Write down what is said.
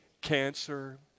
cancer